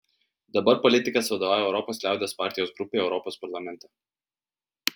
dabar politikas vadovauja europos liaudies partijos grupei europos parlamente